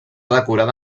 decorada